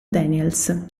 daniels